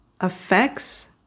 affects